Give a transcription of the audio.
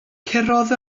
curodd